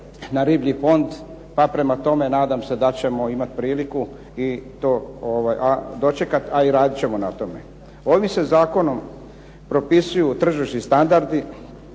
na riblji fond. Pa prema tome, nadam se da ćemo imati priliku to dočekati i raditi ćemo na tome. Ovim se zakonom propisuju tržišni standardi